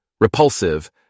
repulsive